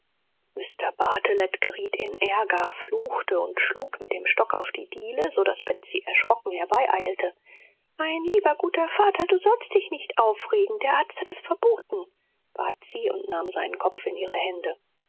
mr bartelet geriet in ärger fluchte und schlug mit dem stock auf die diele so daß betsy erschrocken herbeieilte mein lieber guter vater du sollst dich nicht aufregen der arzt hat es verboten bat sie und nahm seinen kopf in ihre hände